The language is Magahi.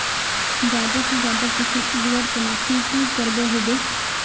ज्यादा से ज्यादा फसल उगवार तने की की करबय होबे?